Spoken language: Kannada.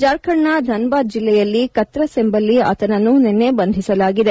ಜಾರ್ಖಂಡ್ನ ಧನ್ಬಾದ್ ಜಿಲ್ಲೆಯಲ್ಲಿ ಕತ್ರನ್ ಎಂಬಲ್ಲಿ ಆತನನ್ನು ನಿನ್ನೆ ಬಂಧಿಸಲಾಗಿದೆ